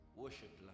worship